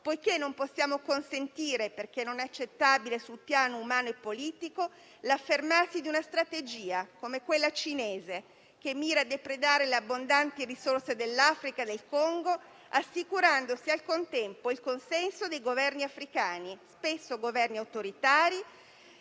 solidale; non possiamo consentire, in quanto non accettabile sul piano umano e politico, l'affermarsi di una strategia come quella cinese, che mira a depredare le abbondanti risorse dell'Africa e del Congo, assicurandosi al contempo il consenso dei governi africani, spesso governi autoritari,